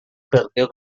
perdió